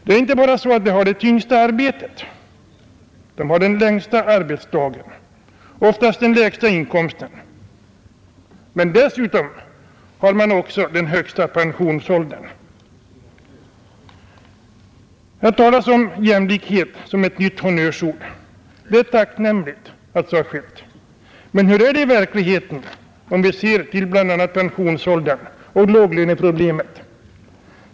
De har inte bara det tyngsta arbetet. De har också den längsta arbetsdagen och oftast den lägsta inkomsten; dessutom har de också den högsta pensionsåldern. Här talas om jämlikhet som ett nytt honnörsord. Det är tacknämligt att så har skett, men hur är det i verkligheten, om vi bl.a. ser till pensionsåldern och låglöneproblemet?